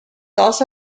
also